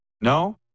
No